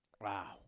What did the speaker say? Wow